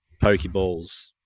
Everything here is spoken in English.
Pokeballs